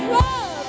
love